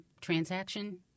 transaction